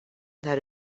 that